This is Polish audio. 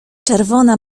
czerwona